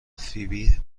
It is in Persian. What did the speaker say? فیبی